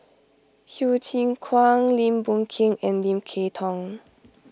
Hsu Tse Kwang Lim Boon Keng and Lim Kay Tong